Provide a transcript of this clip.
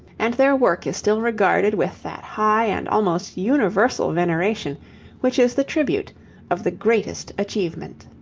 and their work is still regarded with that high and almost universal veneration which is the tribute of the greatest achievement.